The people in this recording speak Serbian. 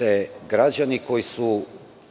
da građani koji su